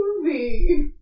movie